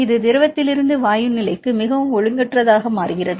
இது திரவத்திலிருந்து வாயு நிலைக்கு மிகவும் ஒழுங்கற்றது